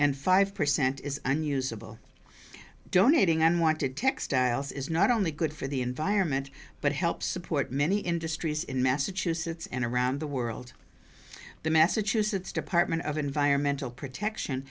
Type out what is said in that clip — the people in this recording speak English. and five percent is unusable donating and want to textiles is not only good for the environment but help support many industries in massachusetts and around the world the massachusetts department of environmental protection